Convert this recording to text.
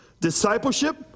discipleship